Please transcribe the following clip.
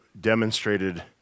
demonstrated